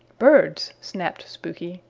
birds! snapped spooky.